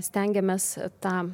stengiamės tą